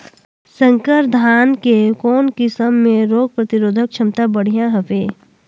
संकर धान के कौन किसम मे रोग प्रतिरोधक क्षमता बढ़िया हवे?